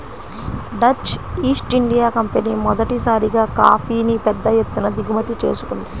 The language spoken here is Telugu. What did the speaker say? డచ్ ఈస్ట్ ఇండియా కంపెనీ మొదటిసారిగా కాఫీని పెద్ద ఎత్తున దిగుమతి చేసుకుంది